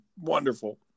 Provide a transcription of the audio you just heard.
wonderful